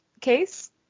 case